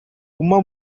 uma